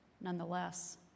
nonetheless